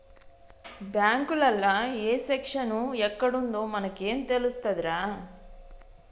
బాంకులల్ల ఏ సెక్షను ఎక్కడుందో మనకేం తెలుస్తదిరా